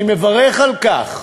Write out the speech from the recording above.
אני מברך על כך.